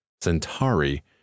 Centauri